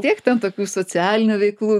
tiek ten tokių socialinių veiklų